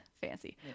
fancy